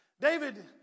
David